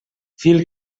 fil